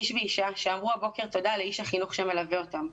איש ואישה שאמרו הבוקר תודה לאיש החינוך שמלווה אותם,